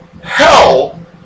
Hell